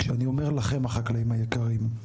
כשאני אומר לכם חקלאים יקרים,